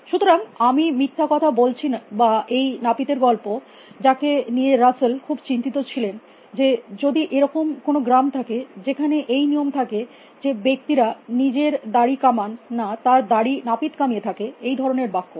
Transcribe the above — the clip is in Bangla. সুতরাং আমি মিথ্যা কথা বলছি বা এই নাপিতের গল্প যাকে নিয়ে রাসেল খুব চিন্তিত ছিলেন যে যদি এরম কোনো গ্রাম থাকে যেখানে এই নিয়ম থাকে যে যে ব্যক্তিরা নিজের দাঁড়ি কামান না তার দাঁড়ি নাপিত কামিয়ে থাকে এই ধরনের বাক্য